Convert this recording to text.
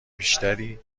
بیشتری